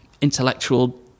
intellectual